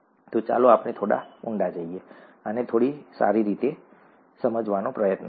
તો ચાલો આપણે થોડા ઊંડા જઈએ આને થોડી સારી રીતે સમજવાનો પ્રયત્ન કરીએ